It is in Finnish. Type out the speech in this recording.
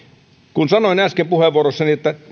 kun sanoin äsken puheenvuorossani että